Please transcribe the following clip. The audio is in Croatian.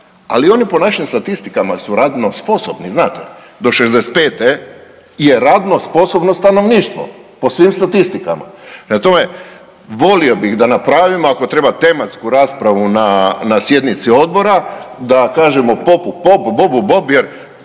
ali oni po našim statistikama su radno sposobni znate do 65 je radno sposobno stanovništvo po svim statistikama. Prema tome volio bih da napravimo ako treba tematsku raspravu na sjednici odbora da kažemo popu pop, bobu bob jer